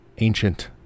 ancient